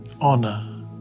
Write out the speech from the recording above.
honor